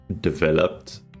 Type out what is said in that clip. developed